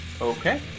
Okay